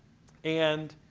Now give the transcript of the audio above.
and,